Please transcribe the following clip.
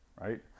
right